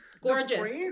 Gorgeous